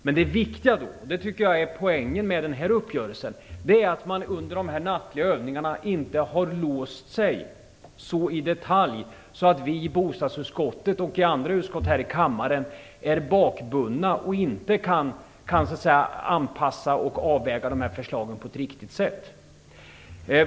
Men det viktiga, och det tycker jag är poängen med den här uppgörelsen, är att man under de nattliga övningarna inte har låst sig så i detalj att vi i bostadsutskottet och i andra utskott här i riksdagen är bakbundna och inte kan anpassa och avväga förslagen på ett riktigt sätt.